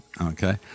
okay